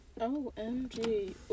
OMG